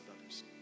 others